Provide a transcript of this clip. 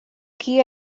key